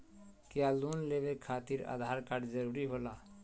क्या लोन लेवे खातिर आधार कार्ड जरूरी होला?